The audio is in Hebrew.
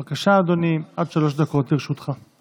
בבקשה, אדוני, עד שלוש דקות לרשותך.